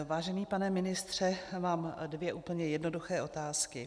Vážený pane ministře, mám dvě úplně jednoduché otázky.